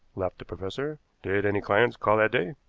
laughed the professor. did any clients call that day?